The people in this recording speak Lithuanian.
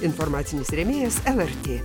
informacinis rėmėjas elartė